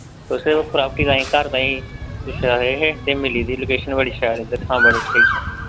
तुस प्रॉपर्टी तांई घर तांई पुच्छा दे हे ते मिली दी लोकेशन बड़ी शैल इद्धर सांबा डिस्टिक च